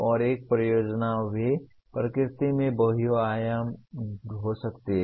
और एक परियोजना भी प्रकृति में बहुआयामी हो सकती है